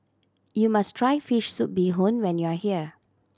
you must try fish soup bee hoon when you are here